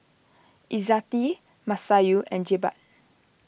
Izzati Masayu and Jebat